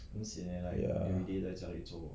ya